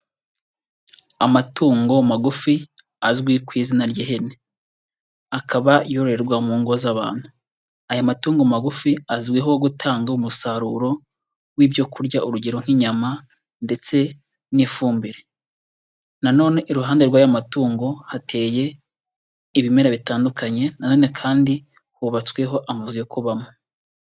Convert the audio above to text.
Amatungo magufi azwi ku izina ry'ihene, akaba yororerwa mu ngo z'abantu, aya matungo magufi azwiho gutanga umusaruro w'ibyo kurya, urugero nk'inyama, ndetse n'ifumbire, nanone iruhande rw'aya matungo hateye ibimera bitandukanye, nanone kandi hubatsweho amazu yo kubamo.